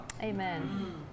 Amen